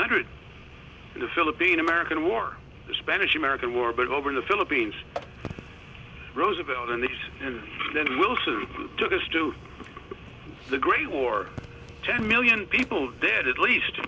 hundred the philippine american war the spanish american war but over in the philippines roosevelt in these and then wilson to this to the great war ten million people dead at least